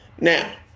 Now